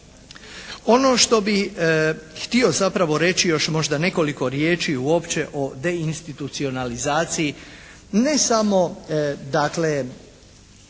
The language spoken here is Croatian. Ono što bi htio zapravo reći još možda nekoliko riječi uopće o deinstitucionalizaciji, ne samo dakle